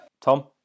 Tom